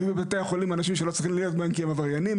ובבתי החולים אנשים שלא צריכים להיות בהם כי הם עבריינים